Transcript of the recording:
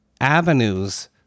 avenues